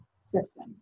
system